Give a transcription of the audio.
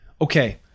Okay